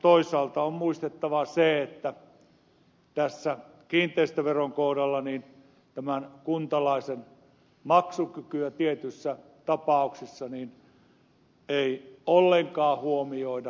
toisaalta on muistettava se että kiinteistöveron kohdalla kuntalaisen maksukykyä tietyissä tapauksissa ei ollenkaan huomioida